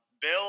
Bill